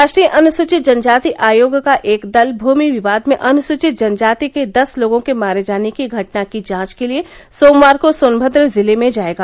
राष्ट्रीय अनुसूचित जनजाति आयोग का एक दल भूमि विवाद में अनुसूचित जनजाति के दस लोगों के मारे जाने की घटना की जांच के लिए सोमवार को सोनमद्र जिले में जाएगा